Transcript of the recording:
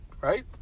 right